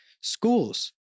schools